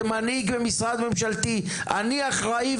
כמנהיג משרד ממשלתי: "אני אחראי,